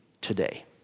today